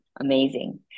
amazing